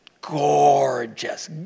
gorgeous